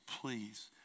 please